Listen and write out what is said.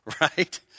right